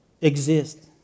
exist